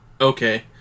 Okay